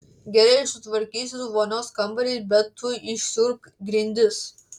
gerai aš sutvarkysiu vonios kambarį bet tu išsiurbk grindis